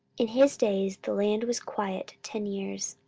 in his days the land was quiet ten years.